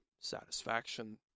satisfaction